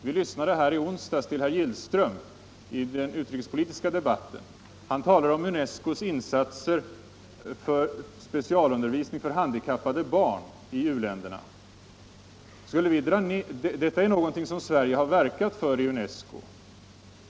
Vi lyssnade i den utrikespolitiska debatten i onsdags till herr Gillström. Han talade om UNESCO:s insatser för specialundervisning av handikappade barn i u-länderna. Detta är någonting som Sverige verkade för i UNESCO.